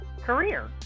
career